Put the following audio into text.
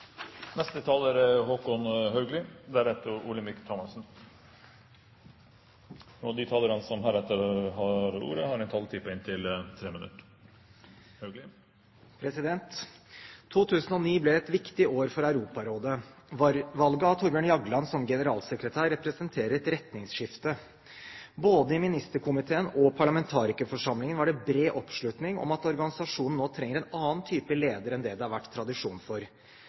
De talere som heretter får ordet, har en taletid på inntil 3 minutter. 2009 ble et viktig år for Europarådet. Valget av Thorbjørn Jagland som generalsekretær representerer et retningsskifte. Både i ministerkomiteen og parlamentarikerforsamlingen var det bred oppslutning om at organisasjonen nå trenger en annen type leder enn det det har vært tradisjon for.